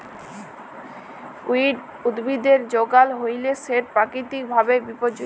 weed উদ্ভিদের যগাল হ্যইলে সেট পাকিতিক ভাবে বিপর্যয়ী